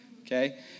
okay